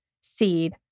seed